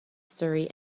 surrey